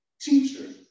teacher